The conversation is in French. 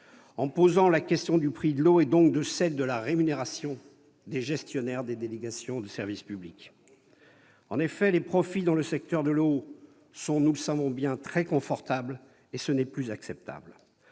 en posant la question du prix de l'eau, donc celle de la rémunération des gestionnaires des délégations de service public. En effet, les profits dans le secteur de l'eau sont très confortables, ce qui n'est plus acceptable,